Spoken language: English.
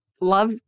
Love